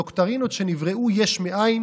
דוקטרינות שנבראו יש מאין",